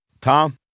Tom